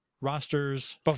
rosters